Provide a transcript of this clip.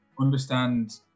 understand